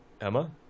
Emma